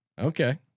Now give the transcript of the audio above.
Okay